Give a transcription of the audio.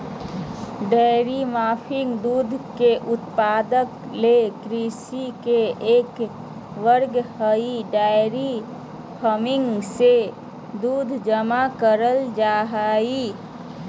dairy farming दूध के उत्पादन ले कृषि के एक वर्ग हई डेयरी फार्मिंग मे दूध जमा करल जा हई